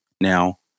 now